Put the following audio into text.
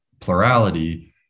plurality